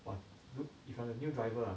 !wah! look if you are a new driver ah